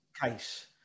case